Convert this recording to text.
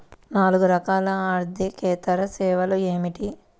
నాలుగు రకాల ఆర్థికేతర సేవలు ఏమిటీ?